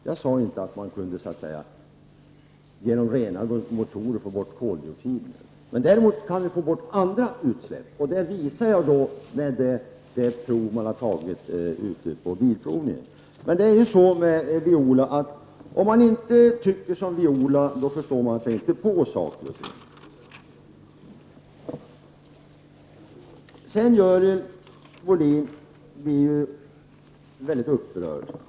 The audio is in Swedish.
Jag sade inte att man genom renare motorer kunde få bort koldioxiden. Däremot kan man få bort andra utsläpp. Det visas genom de prov som har gjorts på Bilprovningen. Men det är så med Viola Claesson, att om man inte tycker som hon, förstår man sig inte på saker och ting. Görel Bohlin blir mycket upprörd.